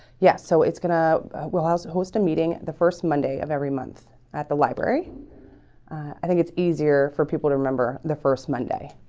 yes, so it's gonna well house it host a meeting the first monday of every month at the library i think it's easier for people to remember the first monday